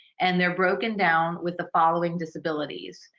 and they're broken down with the following disabilities.